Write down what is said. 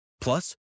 Plus